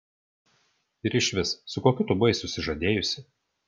ir išvis su kokiu tu buvai susižadėjusi